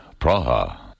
Praha